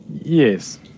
Yes